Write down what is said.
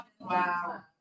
Wow